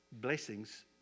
blessings